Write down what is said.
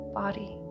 body